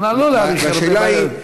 לא להאריך הרבה.